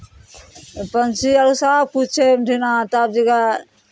आ पँछी आओर सभकिछु छै ओहिठिना सभजगह